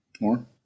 More